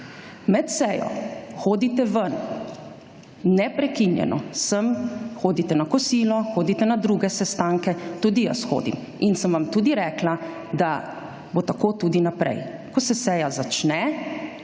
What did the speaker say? Med sejo hodite ven, neprekinjeno, hodite na kosilo, hodite na druge sestanke, tudi jaz hodim. In sem vam tudi rekla, da bo tako tudi naprej. Ko se seja začne